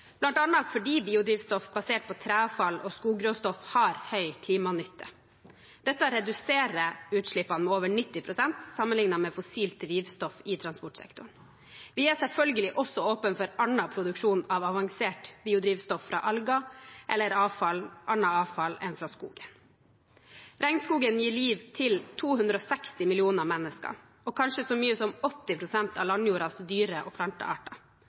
fordi biodrivstoff basert på trefall og skogråstoff har høy klimanytte. Dette reduserer utslippene med over 90 pst. sammenlignet med fossilt drivstoff i transportsektoren. Vi er selvfølgelig også åpne for annen produksjon av avansert biodrivstoff fra alger eller annet avfall enn fra skogen. Regnskogen gir liv til 260 millioner mennesker og kanskje så mye som 80 pst. av landjordas dyre- og plantearter.